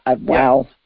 wow